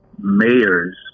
mayors